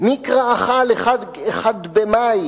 מי קראך לחג אחד-במאי,